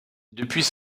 depuis